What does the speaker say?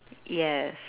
yes